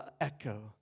echo